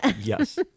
Yes